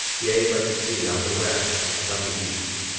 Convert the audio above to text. yea, by the sea, on the west and on the east.